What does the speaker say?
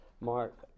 Mark